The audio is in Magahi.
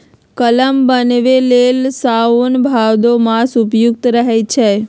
कलम बान्हे लेल साओन भादो मास उपयुक्त रहै छै